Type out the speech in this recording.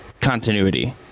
continuity